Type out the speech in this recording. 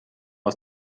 aus